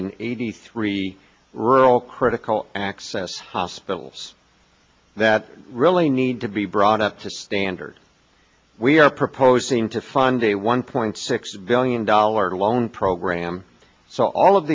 in eighty three rural critical access hospitals that really need to be brought up to standard we are proposing to fund a one point six billion dollars loan program so all of